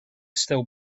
still